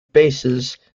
bases